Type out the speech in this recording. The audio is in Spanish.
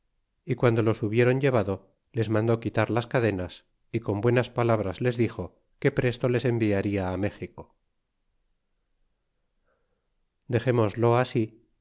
y guando los hubiéron llevado les mandó quitar las cadenas y con buenas palabras les dixo que presto les enviarla méxico dexémoslo así